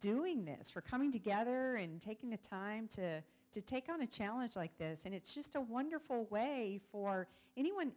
doing this for coming together and taking the time to to take on a challenge like this and it's just a wonderful way for anyone